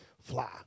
fly